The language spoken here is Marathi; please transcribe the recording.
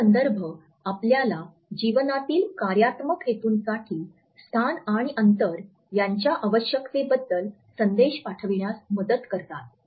हे संदर्भ आपल्याला जीवनातील कार्यात्मक हेतूंसाठी स्थान आणि अंतर यांच्या आवश्यकतेबद्दल संदेश पाठविण्यास मदत करतात